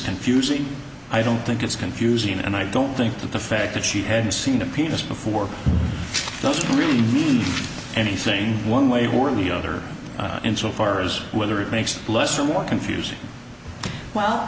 confusing i don't think it's confusing and i don't think that the fact that she had seen the penis before those really means anything one way or the other in so far as whether it makes it less or more confusing well